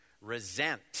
Resent